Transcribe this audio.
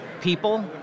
people